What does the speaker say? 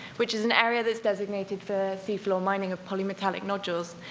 which is an area that's designated for seafloor mining of polymetallic nodules.